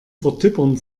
vertippern